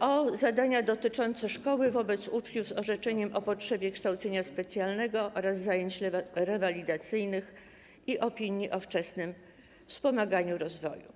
o zadania dotyczące szkoły wobec uczniów z orzeczeniem o potrzebie kształcenia specjalnego oraz zajęć rewalidacyjnych i opinii o wczesnym wspomaganiu rozwoju.